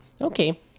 okay